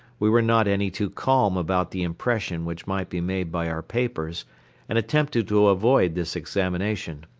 we were not any too calm about the impression which might be made by our papers and attempted to avoid this examination.